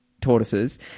tortoises